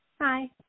Hi